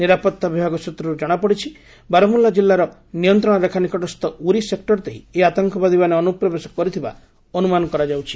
ନିରାପତ୍ତା ବିଭାଗ ସୂତ୍ରରୁ ଜଣାପଡ଼ିଛି ବାରମୁଲ୍ଲା ଜିଲ୍ଲାର ନିୟନ୍ତ୍ରଣ ରେଖା ନିକଟସ୍ଥ ଉରି ସେକ୍ଟର ଦେଇ ଏହି ଆତଙ୍କବାତୀମାନେ ଅନୁପ୍ରବେଶ କରିଥିବା ଅନୁମାନ କରାଯାଉଛି